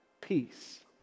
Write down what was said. peace